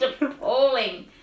appalling